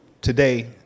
today